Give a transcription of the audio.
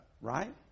right